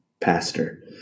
pastor